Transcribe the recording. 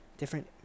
different